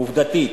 עובדתית.